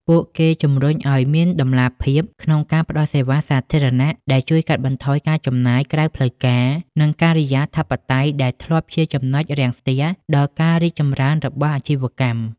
ពួកគេជម្រុញឱ្យមានតម្លាភាពក្នុងការផ្ដល់សេវាសាធារណៈ ដែលជួយកាត់បន្ថយការចំណាយក្រៅផ្លូវការ និងការិយាធិបតេយ្យដែលធ្លាប់ជាចំណុចរាំងស្ទះដល់ការរីកចម្រើនរបស់អាជីវកម្ម។